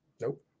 Nope